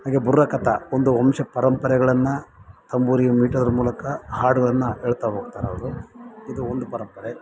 ಹಾಗೆ ಬುರ್ರಕತ್ತ ಒಂದು ವಂಶ ಪರಂಪರೆಗಳನ್ನು ತಂಬೂರಿ ಮೀಟೋದ್ರ ಮೂಲಕ ಹಾಡುಗಳನ್ನು ಹೇಳ್ತಾ ಹೋಗ್ತಾರೆ ಅವರು ಇದು ಒಂದು ಪರಂಪರೆ